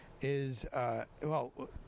is—well